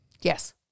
yes